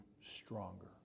stronger